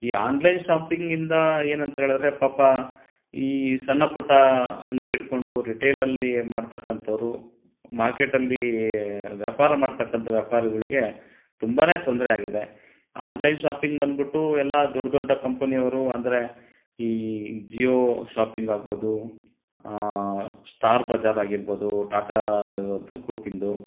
ಈ ಆನ್ಲೈನ್ ಶಾಪಿಂಗಿಂದ ಏನಂಥೇಳಿದ್ರೆ ಪಾಪ ಈ ಸಣ್ಣಪುಟ್ಟ ಅಂಗಡಿ ಇಟ್ಕೊಂಡು ರಿಟೇಲಲ್ಲಿ ಮಾರತಕ್ಕಂಥವ್ರು ಮಾರ್ಕೆಟಲ್ಲಿ ವ್ಯಾಪಾರ ಮಾಡತಕ್ಕಂಥ ವ್ಯಾಪಾರಿಗಳಿಗೆ ತುಂಬನೇ ತೊಂದರೆ ಆಗಿದೆ ಆನ್ಲೈನ್ ಶಾಪಿಂಗ್ ಬಂದ್ಬಿಟ್ಟು ಎಲ್ಲ ದೊಡ್ಡ ದೊಡ್ಡ ಕಂಪನಿಯವರು ಅಂದರೆ ಈ ಜಿಯೋ ಶಾಪಿಂಗ್ ಆಗ್ಬೋದು ಸ್ಟಾರ್ ಬಜಾರ್ ಆಗಿರ್ಬೋದು ಟಾಟಾದ ಗ್ರೂಪಿಂದು